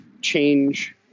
change